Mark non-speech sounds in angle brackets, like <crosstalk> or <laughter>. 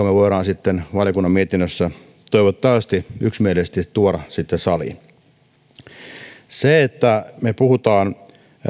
<unintelligible> me voimme valiokunnan mietinnössä toivottavasti yksimielisesti tuoda sitten saliin me puhumme